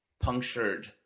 punctured